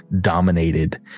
dominated